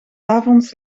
avonds